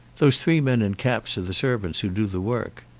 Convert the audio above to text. those three men in caps are the servants who do the work.